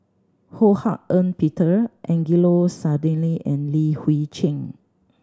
Ho Hak Ean Peter Angelo Sanelli and Li Hui Cheng